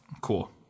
Cool